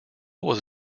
was